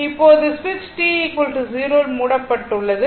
இப்போது சுவிட்ச் t 0 இல் மூடப்பட்டுள்ளது